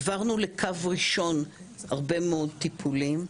העברנו לקו ראשון הרבה מאוד טיפולים,